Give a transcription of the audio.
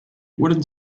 wooden